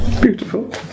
Beautiful